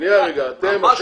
זו גניבה.